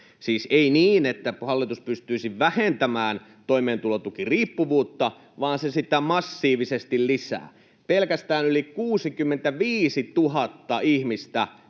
ei niin, että hallitus pystyisi vähentämään toimeentulotukiriippuvuutta, vaan se sitä massiivisesti lisää. Pelkästään näiden